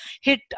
hit